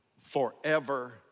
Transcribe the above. forever